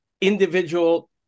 individual